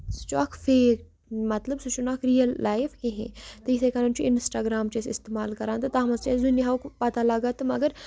سُہ چھُ اَکھ فیک مطلب سُہ چھُنہٕ اَکھ رِیَل لایِف کِہیٖنۍ تہٕ یِتھَے کَنَن چھُ اِنَسٹاگرٛام چھِ أسۍ استعمال کَران تہٕ تَتھ منٛز چھِ أسۍ دُنیاہُک پَتہ لَگان تہٕ مگر